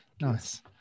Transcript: Nice